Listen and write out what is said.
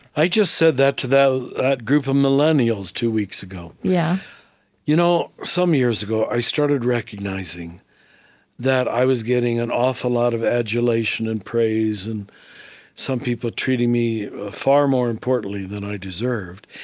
i just said that to that group of millennials two weeks ago. yeah you know some years ago, i started recognizing that i was getting an awful lot of adulation and praise and some people treating me far more importantly than i deserved.